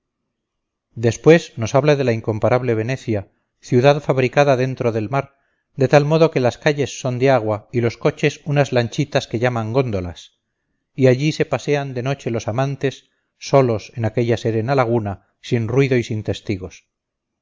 después nos habla de la incomparable venecia ciudad fabricada dentro del mar de tal modo que las calles son de agua y los coches unas lanchitas que llaman góndolas y allí se pasean de noche los amantes solos en aquella serena laguna sin ruido y sin testigos